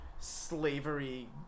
slavery